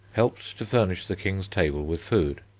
helped to furnish the king's table with food.